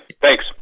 Thanks